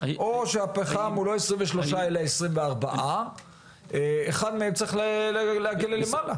או הפחם הוא לא 23 אלא 24. אחד מהם צריך לעגל למעלה.